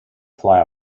fly